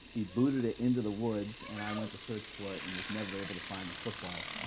he booted it into the woods and i went to search for it and was never able to find the football.